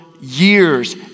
years